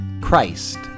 Christ